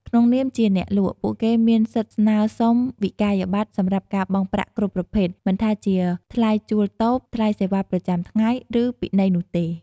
ក្នុងនាមជាអ្នកលក់ ពួកគេមានសិទ្ធិស្នើសុំវិក័យប័ត្រសម្រាប់ការបង់ប្រាក់គ្រប់ប្រភេទមិនថាជាថ្លៃជួលតូប ថ្លៃសេវាប្រចាំថ្ងៃ ឬពិន័យនោះទេ។